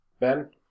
Ben